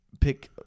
pick